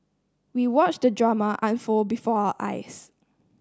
we watched the drama unfold before our eyes